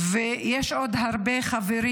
יש עוד הרבה חברים